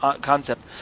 concept